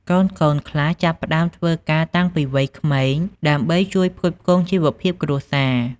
កូនៗខ្លះចាប់ផ្តើមធ្វើការតាំងពីវ័យក្មេងដើម្បី ជួយផ្គត់ផ្គង់ជីវភាព គ្រួសារ។